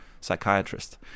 psychiatrist